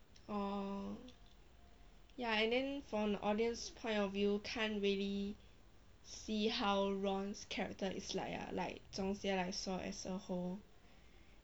orh ya and then from the audience point of view can't really see how ron's character is like ah like 总结来说 as a whole